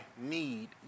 need